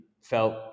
felt